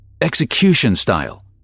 execution-style